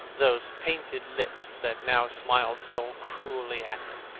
those painted lips that now smiled so cruelly at him.